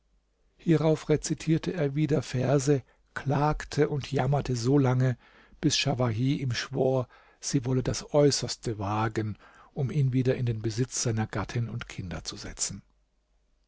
hierauf rezitierte er wieder verse klagte und jammerte solange bis schawahi ihm schwor sie wolle das äußerste wagen um ihn wieder in den besitz seiner gattin und kinder zu setzen